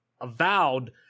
avowed